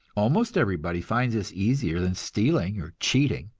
almost everybody finds this easier than stealing or cheating.